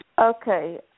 Okay